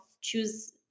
choose